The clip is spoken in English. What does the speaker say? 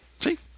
See